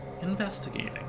investigating